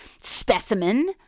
specimen